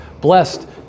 blessed